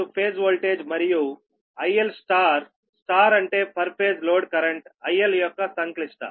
Vphase phase voltage మరియు ILస్టార్ అంటే per phase load current IL యొక్క సంక్లిష్ట